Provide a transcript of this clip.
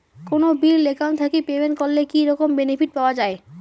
কোনো bill account থাকি payment করলে কি রকম বেনিফিট পাওয়া য়ায়?